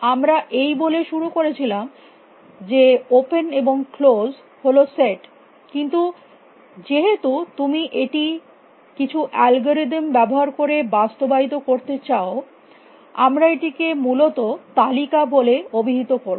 আমরা এই বলে শুরু করেছিলাম যে ওপেন এবং ক্লোস হল সেট কিন্তু যেহেতু তুমি এটি কিছু অ্যালগরিদম ব্যবহার করে বাস্তবায়িত করতে চাও আমরা এটিকে মূলত তালিকা বলে অভিহিত করব